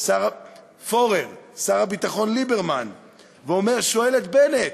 שר הביטחון ליברמן ואומר, שואל את בנט: